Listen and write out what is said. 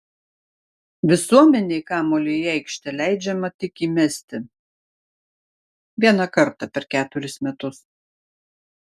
visuomenei kamuolį į aikštę leidžiama tik įmesti vieną kartą per keturis metus